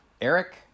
Eric